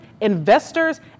investors